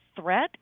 threat